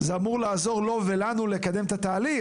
אמור לעזור לו ולנו לקדם את התהליך,